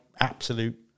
absolute